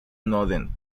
northern